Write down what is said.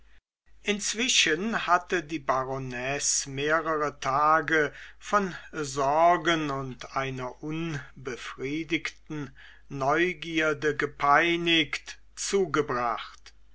inzwischen hatte die baronesse mehrere tage von sorgen und einer unbefriedigten neugierde gepeinigt zugebracht